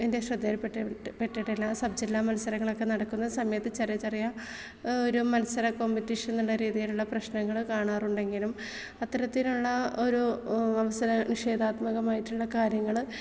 എൻ്റെ ശ്രദ്ധയിൽപ്പെട്ട പെട്ടിട്ടില്ല സബ്ജില്ലാ മത്സരങ്ങളൊക്കെ നടക്കുന്ന സമയത്ത് ചെറിയ ചെറിയ ഒരു മത്സര കോമ്പറ്റീഷൻ എന്നുള്ള രീതിയിലുള്ള പ്രശ്നങ്ങൾ കാണാറുണ്ടെങ്കിലും അത്തരത്തിലുള്ള ഒരു അവസര നിഷേധാത്മകമായിട്ടുള്ള കാര്യങ്ങൾ